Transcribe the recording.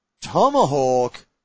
Tomahawk